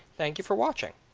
thank you for watching.